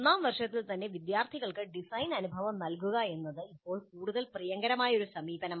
ഒന്നാം വർഷത്തിൽ തന്നെ വിദ്യാർത്ഥികൾക്ക് ഡിസൈൻ അനുഭവം നൽകുക എന്നതാണ് ഇപ്പോൾ കൂടുതൽ പ്രിയങ്കരമായ ഒരു സമീപനം